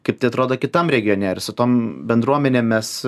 kaip tai atrodo kitam regione ir su tom bendruomenėm mes